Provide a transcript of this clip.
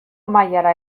mailara